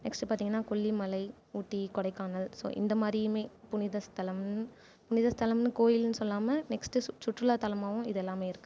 next பார்த்திங்கன்னா Kollimalai Ooty Kodaikanal so இந்தமாதிரியுமே புனித ஸ்தலம் நித ஸ்தலம்னு கோவில்ன்னு சொல்லாமல் நெக்ஸ்ட்டு சுற்று சுற்றுலா தளமாக இது எல்லாமே இருக்கு